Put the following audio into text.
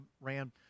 ran